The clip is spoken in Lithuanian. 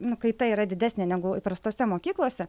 nu kaita yra didesnė negu įprastose mokyklose